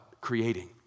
creating